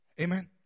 Amen